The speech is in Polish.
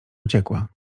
uciekła